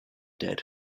dead